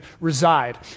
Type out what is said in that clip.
reside